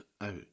out